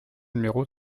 numéro